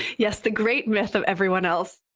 yes, the great myth of everyone else.